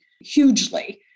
hugely